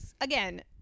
again